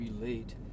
relate